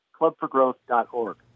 clubforgrowth.org